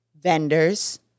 vendors